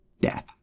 death